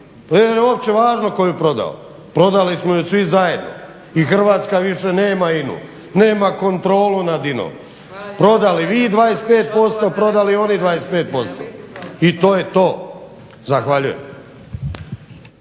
uopće važno tko ju je prodao? Prodali smo je svi zajedno i Hrvatska više nema INA-u, nema kontrolu nad INA-om. Prodali vi 25%, prodali oni 25% i to je to. Zahvaljujem.